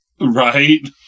Right